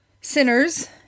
sinners